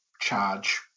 charge